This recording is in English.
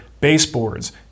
baseboards